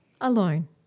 alone